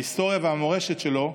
ההיסטוריה והמורשת שלו,